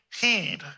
heed